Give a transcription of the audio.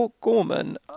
Gorman